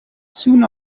soon